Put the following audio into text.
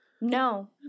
No